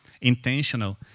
intentional